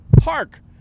hark